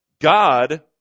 God